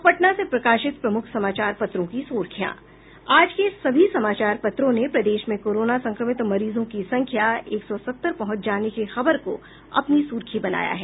अब पटना से प्रकाशित प्रमुख समाचार पत्रों की सुर्खियां आज के सभी समाचार पत्रों ने प्रदेश में कोरोना संक्रमित मरीजों की संख्या एक सौ सत्तर पहुंच जाने की खबर को अपनी सुर्खी बनाया है